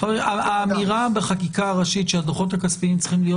האמירה בחקיקה ראשית שהדוחות הכספיים צריכים להיות